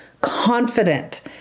confident